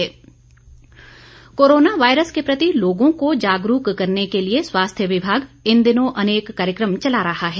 corona virus corona virus के प्रति लोगों को जागरूक करने के लिए स्वास्थ्य विभाग इन दिनों अनेक कार्यक्रम चला रहा है